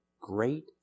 great